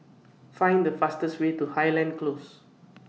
Find The fastest Way to Highland Close